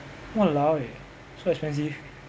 !walao! eh so expensive